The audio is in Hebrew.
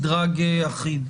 מדרג אחיד.